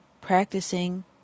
practicing